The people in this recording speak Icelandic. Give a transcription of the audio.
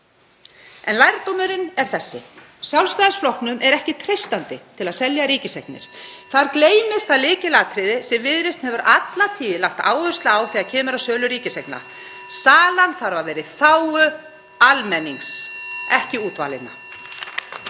En lærdómurinn er þessi: Sjálfstæðisflokknum er ekki treystandi til að selja ríkiseignir. Þar gleymist það lykilatriði sem Viðreisn hefur alla tíð lagt áherslu á þegar kemur að sölu ríkiseigna: Salan þarf að vera í þágu almennings, ekki útvalinna.